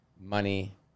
money